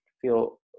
feel